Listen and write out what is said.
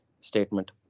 statement